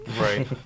Right